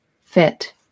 fit